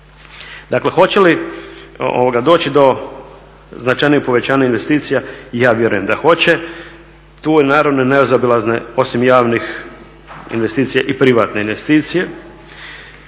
Dakle hoće li doći do značajnijeg povećanja investicija, ja vjerujem da hoće. Tu su naravno nezaobilazne, osim javnih investicija i privatne investicije.